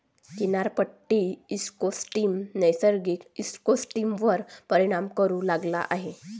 किनारपट्टी इकोसिस्टम नैसर्गिक इकोसिस्टमवर परिणाम करू लागला आहे